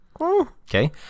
okay